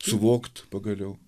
suvokt pagaliau